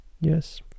Yes